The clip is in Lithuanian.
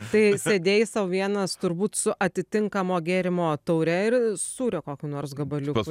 tai sėdėjai sau vienas turbūt su atitinkamo gėrimo taure ir sūrio kokiu nors gabaliuku